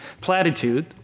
platitude